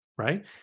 Right